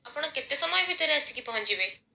ଆପଣ କେତେ ସମୟ ଭିତରେ ଆସିକି ପହଞ୍ଚିବେ